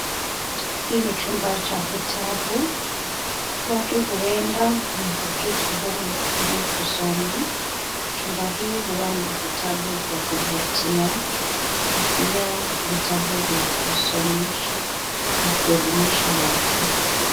Hii ni chumba cha vitabu. Watu huenda na kuketi humu ili kusoma. Chumba hii huwa na vitabu vya kuvutia na pia vitabu vya kusomesha na kuelimisha watu.